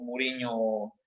Mourinho